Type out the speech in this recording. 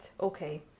okay